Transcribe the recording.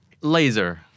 Laser